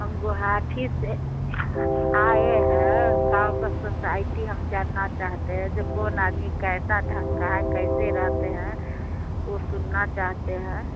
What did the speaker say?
हम गुहाठी से आए हैं गाव का सोसाइटी हम जानना चाहते हैं जो कौन आदमी कैसा ढंग का है कैसे रहते हैं वह सुनना चाहते हैं